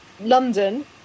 London